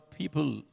people